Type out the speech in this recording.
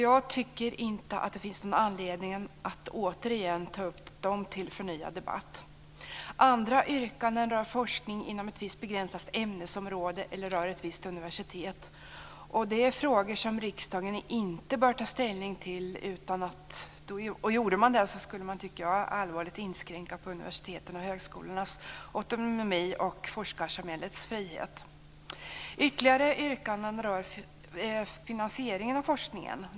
Jag tycker inte att det finns någon anledning att ta upp dem till förnyad debatt. Andra yrkanden rör forskning inom ett visst begränsat ämnesområde, eller rör ett visst universitet. Det är frågor som riksdagen inte bör ta ställning till. Om man gjorde det tycker jag att man allvarligt skulle inskränka på universitetens och högskolornas autonomi och forskarsamhällets frihet. Ytterligare yrkanden rör finansieringen av forskningen.